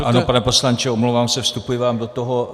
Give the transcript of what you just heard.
Ano, pane poslanče, omlouvám se, vstupuji vám do toho.